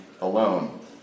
alone